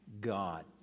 God